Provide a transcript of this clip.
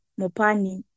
mopani